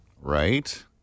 Right